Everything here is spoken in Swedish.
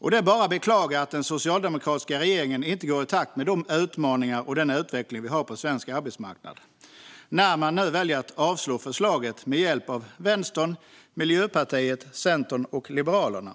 Det är bara att beklaga att den socialdemokratiska regeringen inte går i takt med de utmaningar och den utveckling vi har på svensk arbetsmarknad när man väljer att yrka avslag på förslaget med hjälp av Vänstern, Miljöpartiet, Centern och Liberalerna.